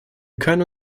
können